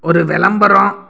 ஒரு விளம்பரம்